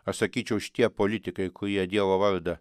aš sakyčiau šitie politikai kurie dievo vardą